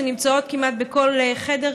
שנמצאות כמעט בכל חדר,